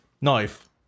knife